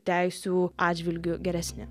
teisių atžvilgiu geresni